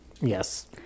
yes